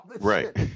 right